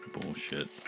bullshit